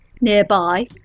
nearby